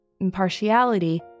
Impartiality